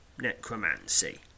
necromancy